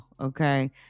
Okay